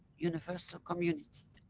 universal community.